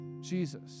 Jesus